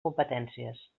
competències